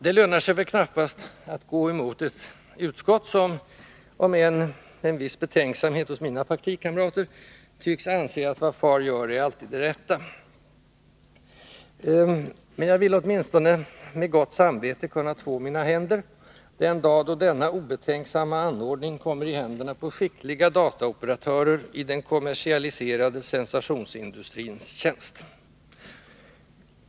Det lönar sig väl knappast att gå emot ett utskott, som — om än med en viss betänksamhet hos mina partikamrater — tycks anse att vad far gör är alltid det rätta. Men jag vill åtminstone med gott samvete kunna två mina händer den dag då denna obetänksamma anordning kommer i händerna på skickliga dataoperatörer i den kommersialiserade sensationsindustrins tjänst.